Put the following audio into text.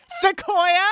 Sequoia